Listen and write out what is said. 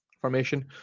formation